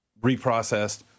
reprocessed